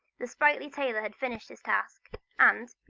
the sprightly tailor had finished his task and,